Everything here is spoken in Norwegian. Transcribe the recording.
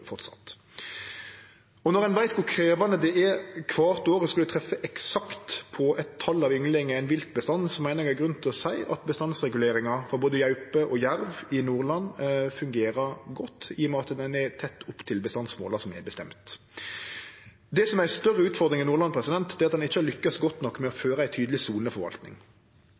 Når ein veit kor krevjande det er kvart år å skulle treffe eksakt på eit tal av ynglingar i ein viltbestand, meiner eg det er grunn til å seie at bestandsreguleringa for både gaupe og jerv i Nordland fungerer godt, i og med at ho er tett opp til bestandsmåla som er sette. Det som er ei større utfordring i Nordland, er at ein ikkje har lukkast godt nok med å føre ei tydeleg